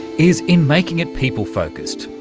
is in making it people focussed,